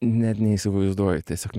net neįsivaizduoju tiesiog